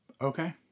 okay